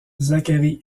zacharie